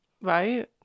Right